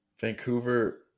Vancouver